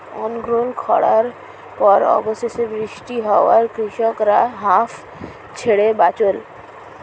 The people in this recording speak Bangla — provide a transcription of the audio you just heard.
অনর্গল খড়ার পর অবশেষে বৃষ্টি হওয়ায় কৃষকরা হাঁফ ছেড়ে বাঁচল